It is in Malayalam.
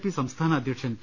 പി സംസ്ഥാന അധ്യക്ഷൻ പി